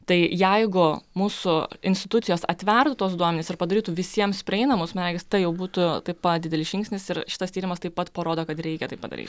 tai jeigu mūsų institucijos atvertų tuos duomenis ir padarytų visiems prieinamus man regis tai jau būtų taip pat didelis žingsnis ir šitas tyrimas taip pat parodo kad reikia tai padaryt